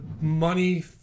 money